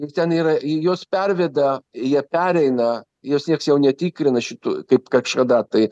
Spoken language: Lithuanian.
ir ten yra ir juos perveda jie pereina jos nieks jau netikrina šitų kaip kažkada tai